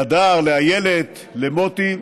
הדר, איילת ומוטי,